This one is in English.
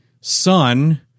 son